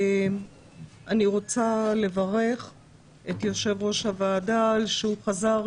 אני רוצה לברך את יושב-ראש הוועדה על שהוא חזר